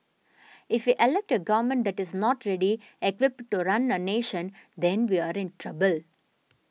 if we elect a government that is not ready equipped to run a nation then we are in trouble